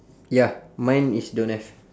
ya mine is don't have